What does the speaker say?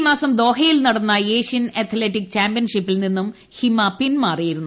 ഈമാസം ദോഹയിൽ നടന്ന ഏഷ്യൻ അത്ലറ്റിക് ചാമ്പ്യൻഷിപ്പിൽ നിന്നും ഹിമ പിൻമാറിയിരുന്നു